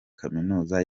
kaminuza